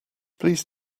please